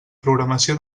programació